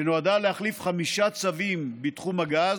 שנועדה להחליף חמישה צווים בתחום הגז,